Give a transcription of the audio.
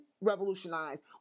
revolutionize